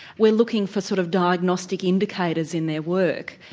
we're looking for sort of diagnostic indicators in their work.